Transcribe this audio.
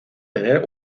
tener